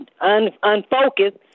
unfocused